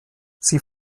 sie